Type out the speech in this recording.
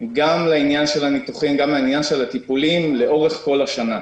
גם לעניין הניתוחים וגם לעניין הטיפולים לאורך כל השנה.